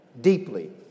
deeply